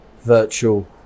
virtual